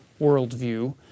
worldview